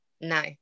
No